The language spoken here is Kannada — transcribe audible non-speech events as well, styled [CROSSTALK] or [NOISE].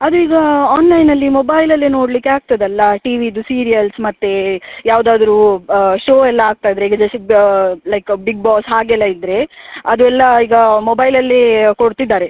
ಅದು ಈಗ ಆನ್ಲೈನಲ್ಲಿ ಮೊಬೈಲಲ್ಲಿ ನೋಡಲಿಕ್ಕೆ ಆಗ್ತದಲ್ಲ ಟಿ ವಿದು ಸೀರಿಯಲ್ಸ್ ಮತ್ತು ಯಾವುದಾದ್ರು ಬ ಶೋ ಎಲ್ಲ ಆಗ್ತಾಯಿದ್ದರೆ ಈಗ [UNINTELLIGIBLE] ಲೈಕ್ ಬಿಗ್ಬಾಸ್ ಹಾಗೆಲ್ಲ ಇದ್ದರೆ ಅದು ಎಲ್ಲ ಈಗ ಮೊಬೈಲಲ್ಲಿ ಕೊಡ್ತಿದ್ದಾರೆ